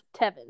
Tevin